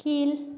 கீழ்